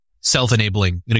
self-enabling